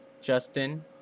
Justin